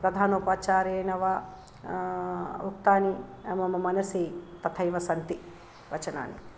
प्रधानोपाचार्येण वा उक्तानि मम मनसि तथैव सन्ति वचनानि